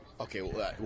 Okay